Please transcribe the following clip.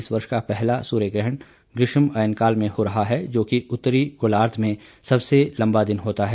इस वर्ष का पहला सूर्यग्रहण ग्रीष्म अयनकाल में हो रहा है जोकि उत्तरी गोलार्घ में सबसे लंबा दिन होता है